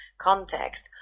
context